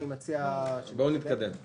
יש גירעון מבני.